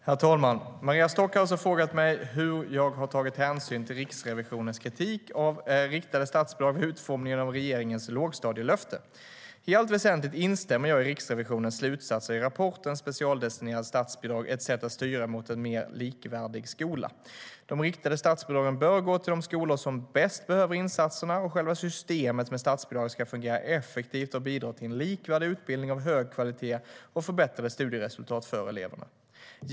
Herr talman! Maria Stockhaus har frågat mig hur jag har tagit hänsyn till Riksrevisionens kritik mot riktade statsbidrag vid utformningen av regeringens lågstadielöfte. I allt väsentligt instämmer jag i Riksrevisionens slutsatser i rapporten Specialdestinerade statsbidrag - Ett sätt att styra mot en mer likvärdig skola? De riktade statsbidragen bör gå till de skolor som bäst behöver insatserna, och själva systemet med statsbidrag ska fungera effektivt och bidra till en likvärdig utbildning av hög kvalitet och förbättrade studieresultat för eleverna.